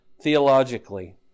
theologically